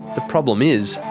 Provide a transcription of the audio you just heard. the problem is,